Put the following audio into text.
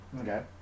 Okay